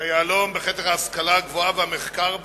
היא היהלום בכתר ההשכלה הגבוהה והמחקר במדינה.